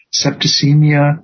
septicemia